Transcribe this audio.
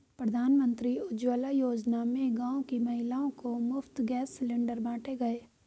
प्रधानमंत्री उज्जवला योजना में गांव की महिलाओं को मुफ्त गैस सिलेंडर बांटे गए